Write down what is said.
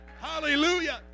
Hallelujah